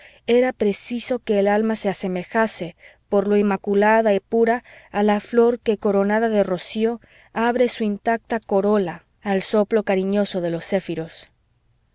era preciso que el alma se asemejase por lo inmaculada y pura a la flor que coronada de rocío abre su intacta corola al soplo cariñoso de los céfiros pasé